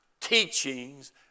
teachings